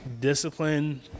discipline